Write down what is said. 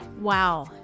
Wow